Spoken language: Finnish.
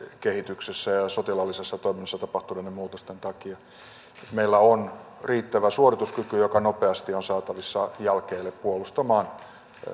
kehityksessä ja sotilaallisessa toiminnassa tapahtuneiden muutosten takia meillä on riittävä suorituskyky joka nopeasti on saatavissa jalkeille puolustamaan